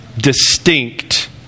distinct